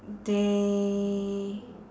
they